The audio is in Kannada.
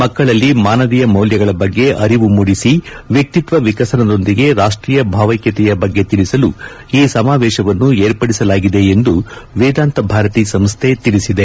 ಮಕ್ಕಳಲ್ಲಿ ಮಾನವೀಯ ಮೌಲ್ಯಗಳ ಬಗ್ಗೆ ಅರಿವು ಮೂಡಿಸಿ ವ್ಯಕ್ತಿತ್ವ ವಿಕಸನದೊಂದಿಗೆ ರಾಷ್ಟೀಯ ಭಾವೈಕತೆಯ ಬಗ್ಗೆ ತಿಳಿಸಲು ಈ ಸಮಾವೇಶವನ್ನು ಏರ್ಪಡಿಸಲಾಗಿದೆ ಎಂದು ವೇದಾಂತ ಭಾರತಿ ಸಂಸ್ಡೆ ತಿಳಿಸಿದೆ